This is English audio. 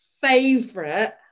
favorite